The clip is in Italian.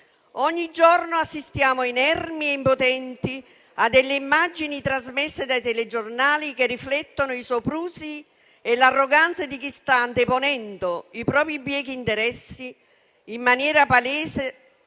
Ogni giorno assistiamo, inermi e impotenti, alle immagini trasmesse dai telegiornali, che riflettono i soprusi e l'arroganza di chi sta anteponendo i propri biechi interessi, in maniera palese